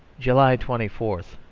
july twenty four.